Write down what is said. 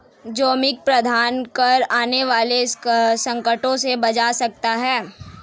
जोखिम प्रबंधन कर आने वाले संकटों से बचा जा सकता है